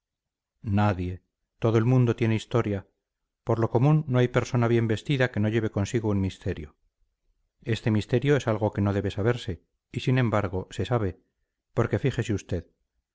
nadie todo el mundo tiene historia por lo común no hay persona bien vestida que no lleve consigo su misterio este misterio es algo que no debe saberse y sin embargo se sabe porque fíjese usted